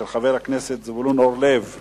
של חבר הכנסת זבולון אורלב,